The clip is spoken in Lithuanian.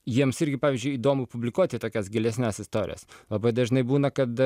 jiems irgi pavyzdžiui įdomu publikuoti tokias gilesnes istorijas labai dažnai būna kad